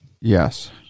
Yes